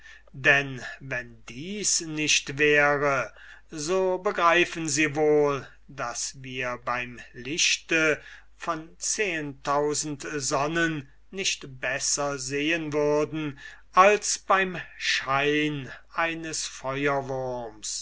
denn wenn dies nicht wäre so begreifen sie wohl daß wir beim licht von zehentausend sonnen nicht besser sehen würden als beim schein eines